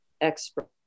expert